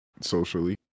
socially